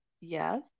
Yes